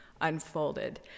unfolded